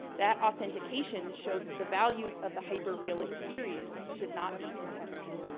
that authentication showed that the values of the hyperreal experience should not be contested.